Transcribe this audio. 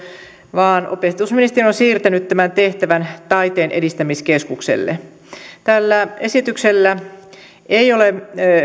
vaan opetusministeriö on siirtänyt tämän tehtävän taiteen edistämiskeskukselle tällä esityksellä ei ole